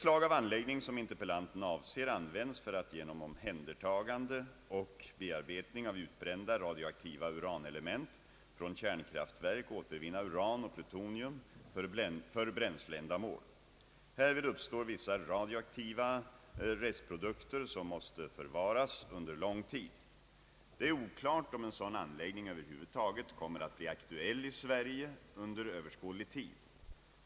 lanten avser används för att genom omhändertagande och bearbetning av utbrända radioaktiva uranelement från kärnkraftverk återvinna uran och plutonium för bränsleändamål. Härvid uppstår vissa radioaktiva restprodukter som måste förvaras under lång tid. Det är oklart om en sådan anläggning över huvud taget kommer att bli aktuell i Sverige under överskådlig tid.